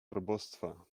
probostwa